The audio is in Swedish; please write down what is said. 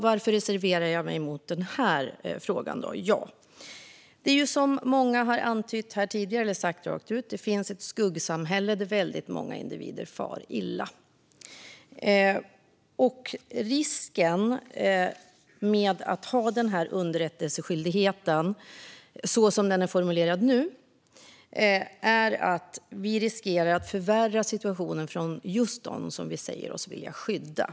Varför reserverar jag mig i den här frågan? Jo, som många har antytt - eller sagt rakt ut - finns det ett skuggsamhälle där väldigt många individer far illa, och underrättelseskyldigheten så som den är formulerad nu riskerar att förvärra situationen för just dem vi säger oss vilja skydda.